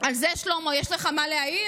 על זה יש לך מה להעיר,